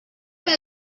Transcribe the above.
must